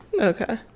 Okay